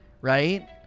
right